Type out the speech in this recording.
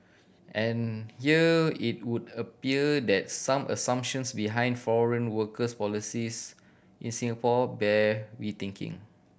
and here it would appear that some assumptions behind foreign worker policies in Singapore bear rethinking